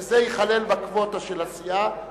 וזה ייכלל בקווטה של הסיעה,